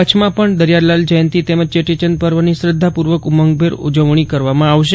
કચ્છમાં પજ્ઞ દરિયાલાલ જયંતી તેમજ ચેટીચંદ પર્વની શ્રધાપૂર્વક ઉમંગભેર ઉજવજ્ઞી કરવામાં આવશે